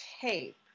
tape